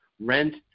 rent